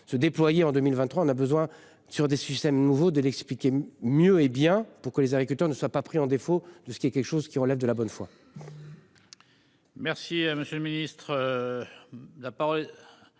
se déployer en 2023 on a besoin sur des systèmes nouveaux de l'expliquer mieux hé bien pour que les agriculteurs ne soient pas pris en défaut de ce qui est quelque chose qui relève de la bonne foi.